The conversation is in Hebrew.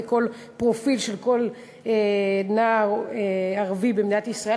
כל פרופיל של כל נער ערבי במדינת ישראל,